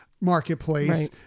marketplace